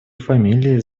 фамилии